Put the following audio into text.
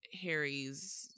Harry's